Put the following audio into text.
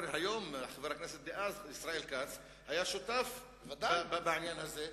חבר הכנסת דאז ישראל כץ היה שותף בעניין הזה,